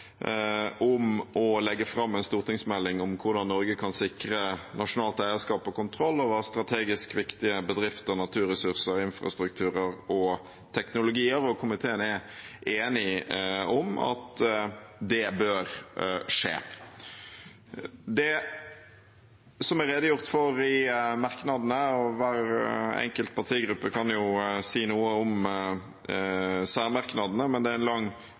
om å legge fram en stortingsmelding om hvordan Norge kan sikre nasjonalt eierskap og kontroll over strategisk viktige bedrifter, naturressurser, infrastruktur og teknologier, og komiteen er enig i at det bør skje. Det som er redegjort for i merknadene – hver enkelt partigruppe kan si noe om særmerknadene – er en lang